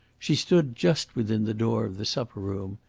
she stood just within the door of the supper-room.